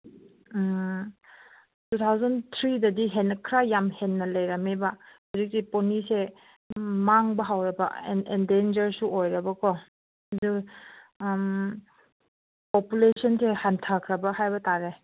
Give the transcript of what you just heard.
two thousand ꯊ꯭ꯔꯤꯗꯗꯤ ꯍꯦꯟꯅ ꯈꯔ ꯌꯥꯝ ꯍꯦꯟꯅ ꯂꯩꯔꯝꯃꯦꯕ ꯍꯧꯖꯤꯛꯇꯤ ꯄꯣꯅꯤꯁꯦ ꯃꯥꯡꯕ ꯍꯧꯔꯕ ꯑꯦꯟꯗꯦꯟꯖꯔꯁꯨ ꯑꯣꯏꯔꯕꯀꯣ ꯑꯗꯨ ꯄꯣꯄꯨꯂꯦꯁꯟꯁꯦ ꯍꯟꯊꯈ꯭ꯔꯕ ꯍꯥꯏꯕ ꯇꯥꯔꯦ